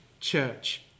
Church